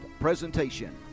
presentation